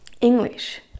English